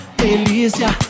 delícia